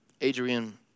Adrian